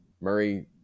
Murray